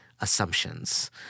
assumptions